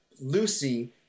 Lucy